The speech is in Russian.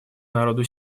народу